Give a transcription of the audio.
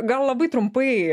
gal labai trumpai